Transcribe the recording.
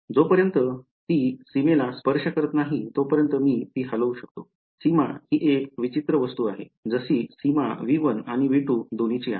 जोपर्यंत ती सीमेला स्पर्श करत नाही तोपर्यंत मी ती हलवू शकतो सीमा ही एक विचित्र वस्तू आहे जशी सीमा V1 आणि V2 दोन्हीची आहे